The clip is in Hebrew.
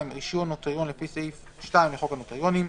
(22)רישיון נוטריון לפי סעיף 2 לחוק הנוטריונים,